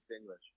English